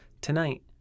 Tonight